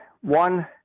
one